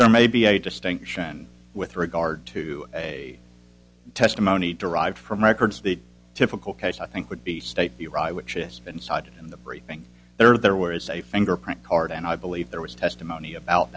there may be a distinction with regard to a testimony derived from records of the typical case i think would be state the rye which has been cited in the briefing there was a fingerprint card and i believe there was testimony about